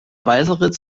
weißeritz